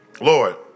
Lord